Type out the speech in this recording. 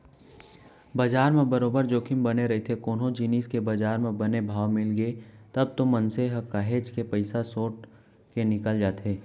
बजार म बरोबर जोखिम बने रहिथे कोनो जिनिस के बजार म बने भाव मिलगे तब तो मनसे ह काहेच के पइसा सोट के निकल जाथे